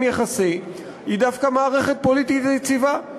יחסי היא דווקא מערכת פוליטית יציבה.